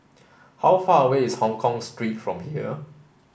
how far away is Hongkong Street from here